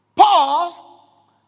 Paul